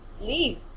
leave